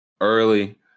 Early